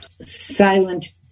silent